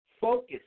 Focus